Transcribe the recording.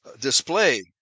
display